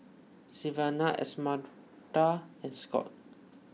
Sylvania Esmeralda and Scott